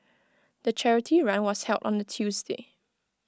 the charity run was held on A Tuesday